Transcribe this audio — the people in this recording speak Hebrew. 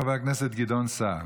חבר הכנסת גדעון סער.